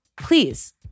Please